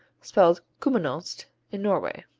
spelled kuminost in norway.